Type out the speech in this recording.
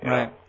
Right